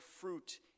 fruit